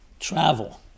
Travel